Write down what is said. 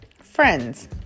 friends